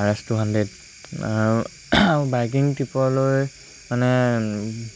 R S two hundred আৰু biking ট্ৰিপলৈ মানে